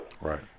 Right